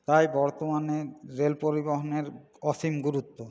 তাই বর্তমানে রেল পরিবহণের অসীম গুরুত্ব